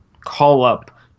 call-up